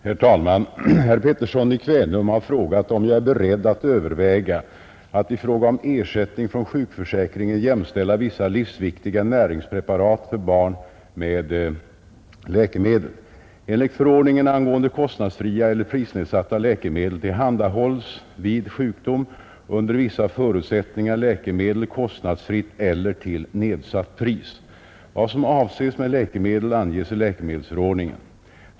Herr talman! Herr Pettersson i Kvänum har frågat om jag är beredd att överväga att i fråga om ersättning från sjukförsäkringen jämställa vissa livsviktiga näringspreparat för barn med läkemedel. medel tillhandahålls vid sjukdom under vissa förutsättningar läkemedel kostnadsfritt eller till nedsatt pris. Vad som avses med läkemedel anges i läkemedelsförordningen.